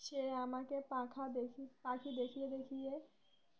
সে আমাকে পাখা দেখি পাখি দেখিয়ে দেখিয়ে